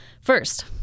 First